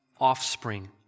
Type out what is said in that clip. offspring